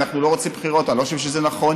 אנחנו לא רוצים בחירות, אני חושב שזה לא נכון,